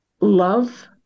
love